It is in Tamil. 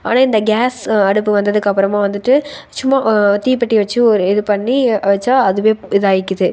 ஆனால் இந்த கேஸ் அடுப்பு வந்ததுக்கப்புறமாக வந்துட்டு சும்மா தீப்பெட்டி வைச்சு ஒரு இதுப்பண்ணி வைச்சா அதுவே இதாயிருக்குது